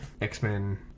X-Men